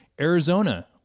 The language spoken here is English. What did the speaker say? Arizona